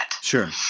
Sure